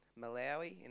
Malawi